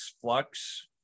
flux